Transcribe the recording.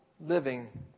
living